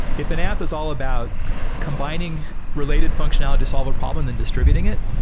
if an app is all about combining related functionality to solve our problem than distributing it,